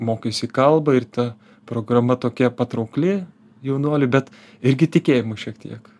mokaisi kalbą ir ta programa tokia patraukli jaunuoliui bet irgi tikėjimui šiek tiek